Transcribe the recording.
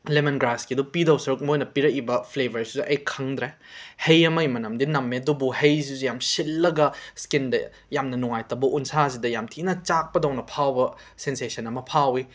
lemon ꯒ꯭ꯔꯥꯁꯀꯤꯗꯣ ꯄꯤꯗꯧ ꯁꯔꯨꯛ ꯃꯣꯏꯅ ꯄꯤꯔꯛꯏꯕ ꯐ꯭ꯂꯦꯕꯔꯁꯨ ꯑꯩ ꯈꯪꯗ꯭ꯔꯦ ꯍꯩ ꯑꯃꯒꯤ ꯃꯅꯝꯗꯤ ꯅꯝꯃꯦ ꯑꯗꯨꯕꯨ ꯍꯩꯁꯤꯁꯨ ꯌꯥꯝꯅ ꯁꯤꯜꯂꯒ ꯁ꯭ꯀꯤꯟꯗ ꯌꯥꯝꯅ ꯅꯨꯡꯉꯥꯏꯇꯕ ꯎꯟꯁꯥꯁꯤꯗ ꯌꯥꯝꯅ ꯊꯤꯅ ꯆꯥꯛꯄꯗꯧꯅ ꯐꯥꯎꯕ ꯁꯦꯟꯁꯦꯁꯟ ꯑꯃ ꯐꯥꯎꯏ